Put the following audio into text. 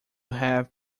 have